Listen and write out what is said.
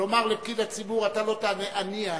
לומר לפקיד הציבור: אתה לא תענה, אני אענה.